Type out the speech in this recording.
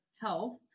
health